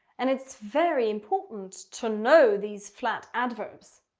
and it's very important to know these flat adverbs.